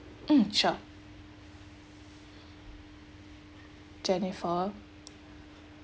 mm sure jennifer